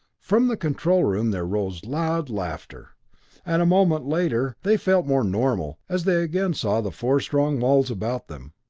from the control room there rose loud laughter and a moment later they felt more normal, as they again saw the four strong walls about them.